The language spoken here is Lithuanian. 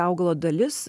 augalo dalis